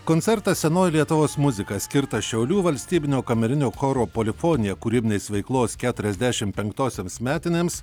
koncertas senoji lietuvos muzika skirta šiaulių valstybinio kamerinio choro polifonija kūrybinės veiklos keturiasdešimt penktosioms metinėms